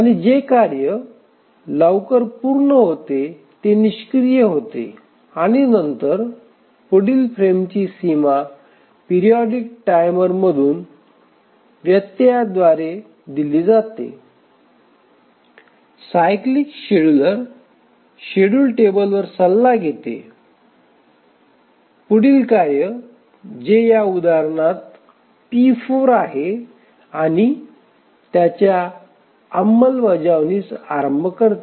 आणि जे कार्य लवकर पूर्ण होते ते निष्क्रिय होते आणि नंतर पुढील फ्रेमची सीमा पिरिऑडिक टाइमरमधून व्यत्ययाद्वारे दिली जाते सायक्लीक शेड्यूलर शेड्यूल टेबलवर सल्ला घेते पुढील कार्य जे या उदाहरणात पी 4 आहे आणि नंतर त्याच्या अंमलबजावणीस आरंभ करते